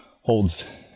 holds